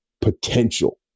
potential